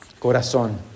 corazón